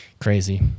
Crazy